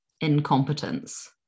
incompetence